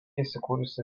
įsikūrusi